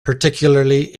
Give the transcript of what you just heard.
particularly